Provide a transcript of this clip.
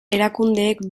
erakundeek